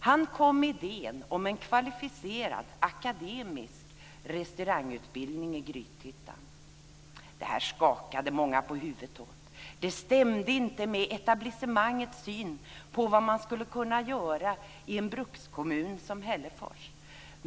Han kom med idén om en kvalificerad akademisk restaurangutbildning i Det här skakade många på huvudet åt. Det stämde inte med etablissemangets syn på vad man skulle kunna göra i en brukskommun som Hällefors.